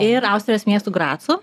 ir austrijos miestų gracu